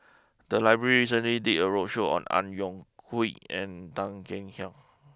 the library recently did a roadshow on Ang Yoke and Tan Kek Hiang